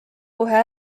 kohe